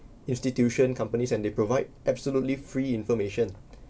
institutions companies and they provide absolutely free information